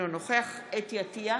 אינו נוכח חוה אתי עטייה,